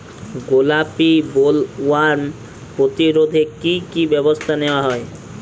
গোলাপী বোলওয়ার্ম প্রতিরোধে কী কী ব্যবস্থা নেওয়া হয়?